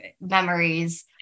memories